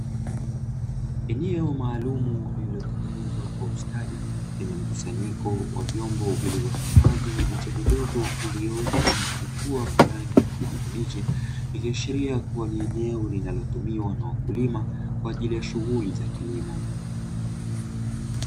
Eneo maalumu lililotengenezwa kwa ustadi lenye mkusanyiko wa vyombo vilivyohifadhi miche midogo iliyoota na kuchipua kwa rangi ya kijani kibichi . Ikiashiria kuwa ni eneo linalotumiwa na wakulima kwa ajili ya shughuli za kilimo.